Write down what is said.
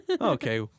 Okay